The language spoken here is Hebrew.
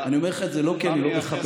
אני אומר לך את זה לא כי אני לא מכבד